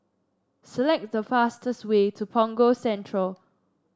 select the fastest way to Punggol Central